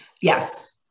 Yes